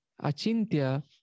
Achintya